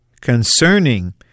concerning